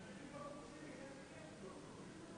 למעט שירותי הבריאות המפורטים בסעיף 71(א),